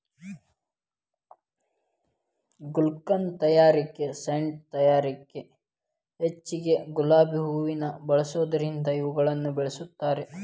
ಗುಲ್ಕನ್ ತಯಾರಿಕೆ ಸೇಂಟ್ ತಯಾರಿಕೆಗ ಹೆಚ್ಚಗಿ ಗುಲಾಬಿ ಹೂವುನ ಬಳಸೋದರಿಂದ ಇವುಗಳನ್ನ ಬೆಳಸ್ತಾರ